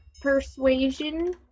persuasion